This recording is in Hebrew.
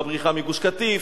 בבריחה מגוש-קטיף,